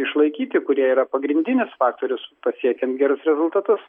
išlaikyti kurie yra pagrindinis faktorius pasiekiant gerus rezultatus